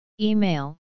Email